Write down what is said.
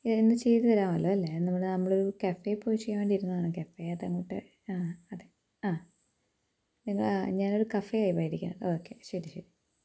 ഇന്ന് ചെയ്തു തരാമല്ലോ അല്ലേ നമ്മുടെ നമ്മളൊരു കഫേയില് പോയി ചെയ്യാൻ വേണ്ടിയിരുന്നതാണ് കഫെ അതങ്ങോട്ട് അതേ അ ഞാ ഞാനൊരു കഫേയ ഓക്കേ ശരി ശരി